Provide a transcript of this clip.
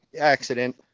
accident